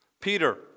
Peter